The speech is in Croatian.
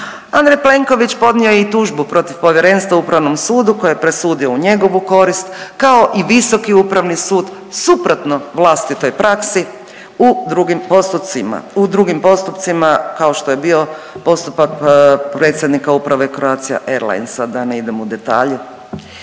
Andrej Plenković podnio je i tužbu protiv povjerenstva upravnom sudu koji je presudio u njegovu korist, kao i visoki upravni sud suprotno vlastitoj praksi u drugim postocima, u drugim postupcima kao što je bio postupak predsjednika uprave Croatia airlinesa, da ne idem u detalje.